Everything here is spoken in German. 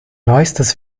neuestes